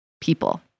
people